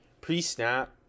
pre-snap